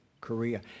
Korea